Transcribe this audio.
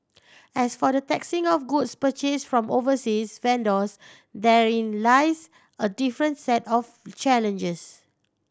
as for the taxing of goods purchase from overseas vendors therein lies a different set of challenges